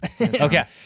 Okay